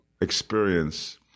experience